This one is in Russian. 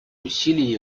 усилия